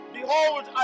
Behold